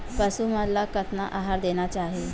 पशु मन ला कतना आहार देना चाही?